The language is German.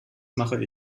mache